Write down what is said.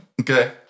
Okay